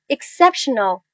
Exceptional